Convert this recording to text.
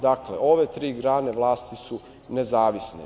Dakle, ove tri grane vlasti su nezavisne.